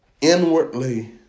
inwardly